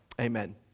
Amen